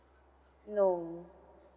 no